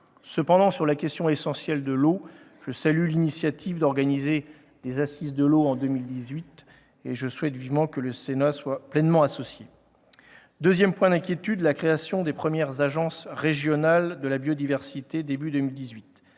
Néanmoins, sur la question essentielle de l'eau, je salue l'initiative d'organiser des assises de l'eau en 2018, et je souhaite vivement que le Sénat y soit pleinement associé. Le deuxième point d'inquiétude porte sur la création des premières agences régionales de la biodiversité au début de 2018.